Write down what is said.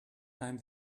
time